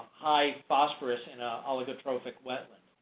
high phosphorus and allotropic wetland,